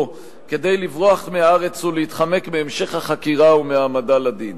כדי לברוח מהארץ ולהתחמק מהמשך החקירה ומהעמדה לדין.